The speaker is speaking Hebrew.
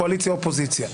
קואליציה-אופוזיציה,